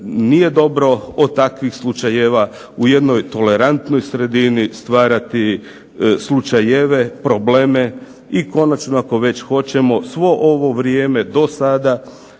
Nije dobro od takvih slučajeva u jednoj tolerantnoj sredini stvarati slučajeve, probleme. I konačno ako već hoćemo svo ovo vrijeme do sada,